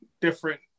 different